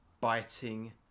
biting